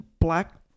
black